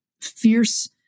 fierce